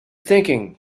thinking